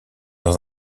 dans